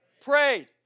prayed